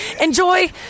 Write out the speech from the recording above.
Enjoy